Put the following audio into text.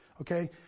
Okay